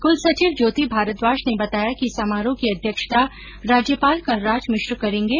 कुलसचिव ज्योति भारद्वाज ने बताया कि समारोह की अध्यक्षता राज्यपाल कलराज मिश्र करेंगे